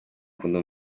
akunda